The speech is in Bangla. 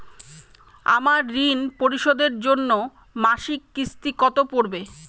আমার ঋণ পরিশোধের জন্য মাসিক কিস্তি কত পড়বে?